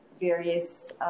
various